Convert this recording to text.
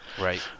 Right